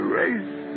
race